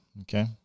Okay